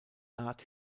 art